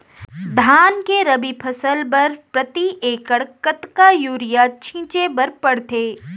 धान के रबि फसल बर प्रति एकड़ कतका यूरिया छिंचे बर पड़थे?